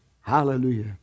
Hallelujah